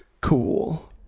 cool